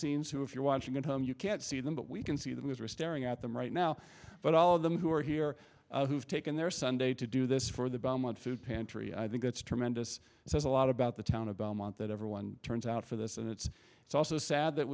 scenes who if you're watching at home you can't see them but we can see them as we're staring at them right now but all of them who are here who've taken their sunday to do this for the belmont food pantry i think it's tremendous says a lot about the town about a month that everyone turns out for this and it's it's also sad that